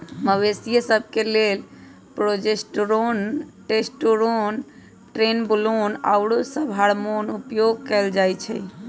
मवेशिय सभ के लेल प्रोजेस्टेरोन, टेस्टोस्टेरोन, ट्रेनबोलोन आउरो सभ हार्मोन उपयोग कयल जाइ छइ